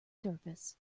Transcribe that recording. surface